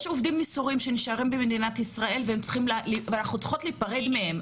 יש עובדים מסורים שנשארים במדינת ישראל ואנחנו צריכות להיפרד מהם,